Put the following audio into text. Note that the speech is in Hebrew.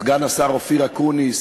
סגן השר אופיר אקוניס